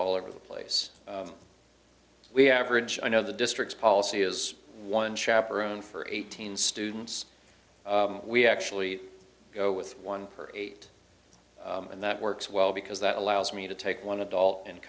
all over the place we average i know the district policy is one chaperone for eighteen students we actually go with one per eight and that works well because that allows me to take one adult and